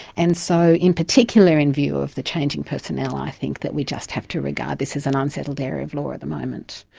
and so in particular in view of the change in personnel i think that we just have to regard this as an unsettled area of law at the moment.